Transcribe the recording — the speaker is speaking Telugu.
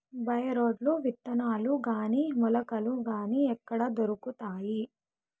బై రోడ్లు విత్తనాలు గాని మొలకలు గాని ఎక్కడ దొరుకుతాయి?